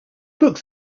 books